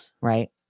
Right